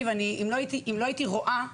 אם לא הייתי רואה,